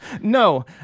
No